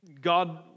God